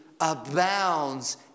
abounds